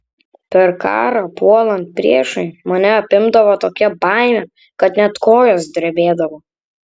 per karą puolant priešui mane apimdavo tokia baimė kad net kojos drebėdavo